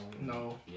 No